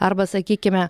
arba sakykime